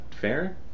fair